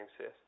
says